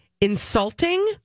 insulting